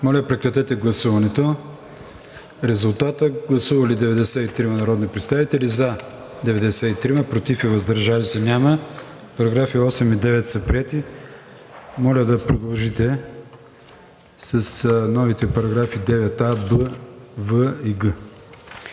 Моля, режим на гласуване. Гласували 93 народни представители: за 93, против и въздържали се няма. Параграфи 8 и 9 са приети. Моля да продължите с новите параграфи 9а, 9б, 9в и 9г.